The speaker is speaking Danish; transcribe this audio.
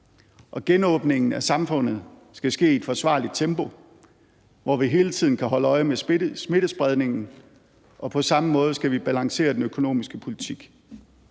og genåbningen af samfundet skal ske i et forsvarligt tempo, hvor vi hele tiden kan holde øje med smittespredningen, og på samme måde skal vi balancere den økonomiske politik.